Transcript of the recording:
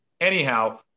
Anyhow